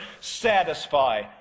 satisfy